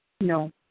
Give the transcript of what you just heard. No